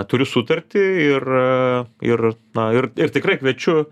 turiu sutartį ir ir na ir ir tikrai kviečiu